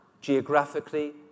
geographically